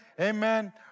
Amen